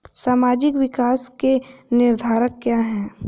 सामाजिक विकास के निर्धारक क्या है?